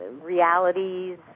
realities